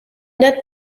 that